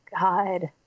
God